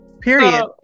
period